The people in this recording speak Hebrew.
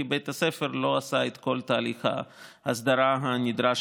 כי בית הספר לא עשה את כל תהליך ההסדרה הנדרש,